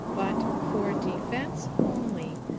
but for defense only.